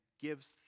gives